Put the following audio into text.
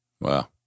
Wow